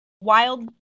wild